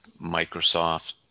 Microsoft